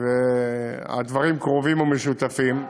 והדברים קרובים ומשותפים.